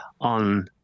on